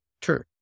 True